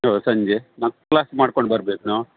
ಇವತ್ತು ಸಂಜೆ ನಾವು ಕ್ಲಾಸ್ ಮಾಡ್ಕೊಂಡು ಬರ್ಬೇಕು ನಾವು